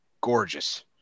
gorgeous